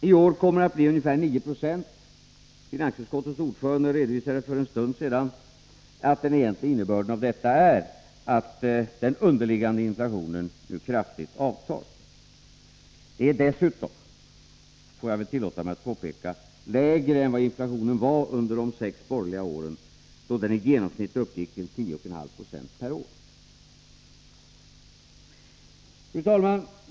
I år kommer den att bli ungefär 9 70. Finansutskottets ordförande redovisade för en stund sedan att den egentliga innebörden av detta är att den underliggande inflationen nu kraftigt avtar. Inflationen är dessutom — om jag får tillåta mig att påpeka det— lägre än den var under de sex borgerliga åren, då den i genomsnitt uppgick till 10,5 96 per år. Fru talman!